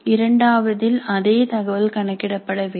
இரண்டாவதில் அதே தகவல் கணக்கிடப்பட வேண்டும்